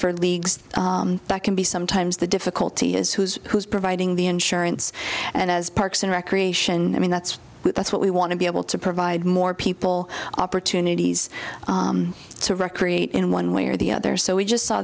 for leagues that can be sometimes the difficulty is who's who's providing the insurance and as parks and recreation i mean that's that's what we want to be able to provide more people opportunities to recreate in one way or the other so we just saw